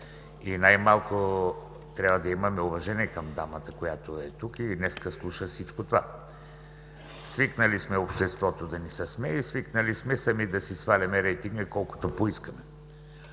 Най-малко трябва да имаме уважение към дамата, която е тук и днес слуша всичко това. Свикнали сме обществото да ни се смее, свикнали сме сами да си сваляме рейтинга колкото поискаме.